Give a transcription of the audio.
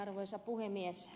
arvoisa puhemies